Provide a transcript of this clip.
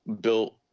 built